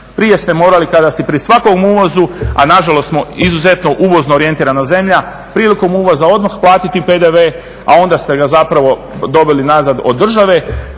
se ne razumije./… pri svakom uvozu a nažalost smo izuzetno uvozno orijentirana zemlja prilikom uvoza odmah platiti PDV a onda ste ga zapravo doveli nazad od države.